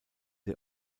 den